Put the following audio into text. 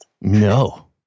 No